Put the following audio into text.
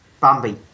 Bambi